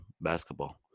basketball